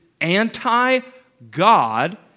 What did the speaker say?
anti-God